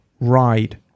ride